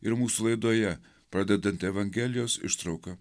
ir mūsų laidoje pradedant evangelijos ištrauka